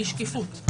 היא שקיפות.